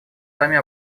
сами